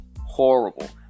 horrible